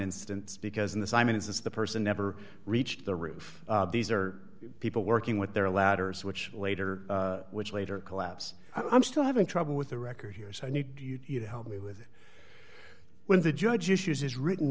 instance because in this i mean is this the person never reached the roof these are people working with their ladders which later which later collapse i'm still having trouble with the record here so i need you to help me with it when the judge issues is written